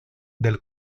del